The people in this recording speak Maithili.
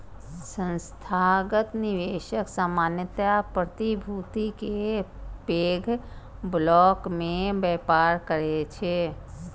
संस्थागत निवेशक सामान्यतः प्रतिभूति के पैघ ब्लॉक मे व्यापार करै छै